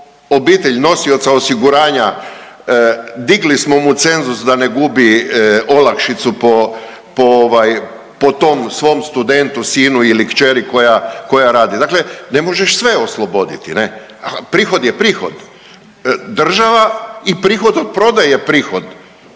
obitelj nosioca osiguranja digli smo mu cenzus da ne gubi olakšicu po tom svom studentu sinu ili kćeri koja radi. Dakle, ne možeš sve osloboditi ne, prihod je prihod. Država i prihod od prodaje je prihod,